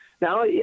Now